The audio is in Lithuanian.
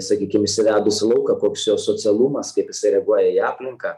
sakykim išsivedus į lauką koks jo socialumas kaip jisai reaguoja į aplinką